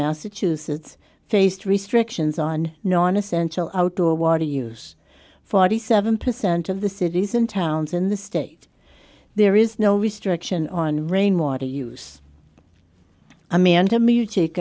massachusetts faced restrictions on non essential outdoor water use forty seven percent of the cities and towns in the state there is no restriction on rainwater use amanda mujic